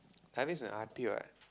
Darvis in r_p what